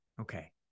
Okay